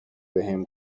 بهم